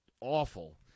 awful